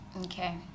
Okay